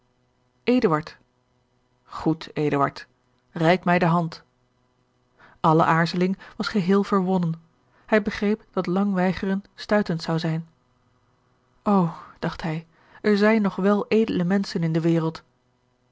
eduard reik mij de hand alle aarzeling was geheel verwonnen hij begreep dat lang weigeren stuitend zou zijn o dacht hij er zijn nog wel edele menschen in de wereld